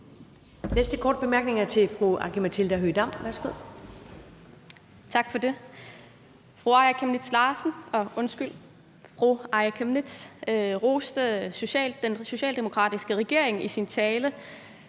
Næste korte bemærkning er til fru Aki-Matilda Høegh-Dam.